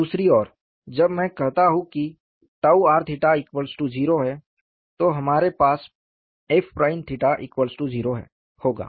दूसरी ओर जब मैं कहता हूँ कि r 0 है तो हमारे पास f प्राइम 𝜽 0 होगा